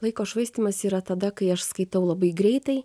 laiko švaistymas yra tada kai aš skaitau labai greitai